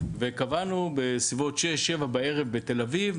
וקבענו בסביבות 19:00-18:00 בערב בתל אביב.